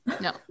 No